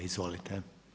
Izvolite.